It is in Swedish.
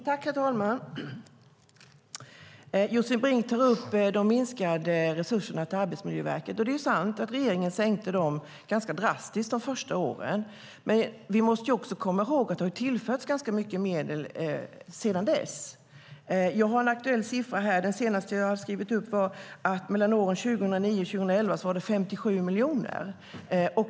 Herr talman! Josefin Brink tar upp de minskade resurserna till Arbetsmiljöverket. Det är sant att regeringen minskade dem ganska drastiskt de första åren. Men vi måste också komma ihåg att det har tillförts ganska mycket medel sedan dess. Jag har en aktuell siffra här om att det mellan åren 2009 och 2011 handlade om 57 miljoner.